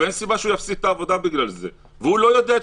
אבל אין שום סיבה שהוא יפסיד את העבודה בגלל זה.